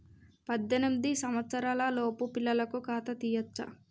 పద్దెనిమిది సంవత్సరాలలోపు పిల్లలకు ఖాతా తీయచ్చా?